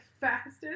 fastest